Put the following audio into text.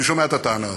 אני שומע את הטענה הזאת.